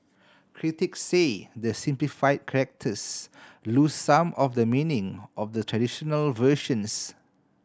critic say the simplify characters lose some of the meaning of the traditional versions